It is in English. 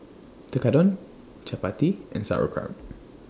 Tekkadon Chapati and Sauerkraut